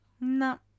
No